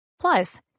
Plus